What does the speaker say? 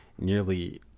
nearly